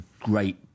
great